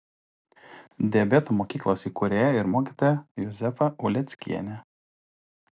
diabeto mokyklos įkūrėja ir mokytoja juzefa uleckienė